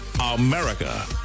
America